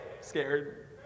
Scared